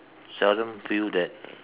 seldom feel that